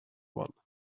one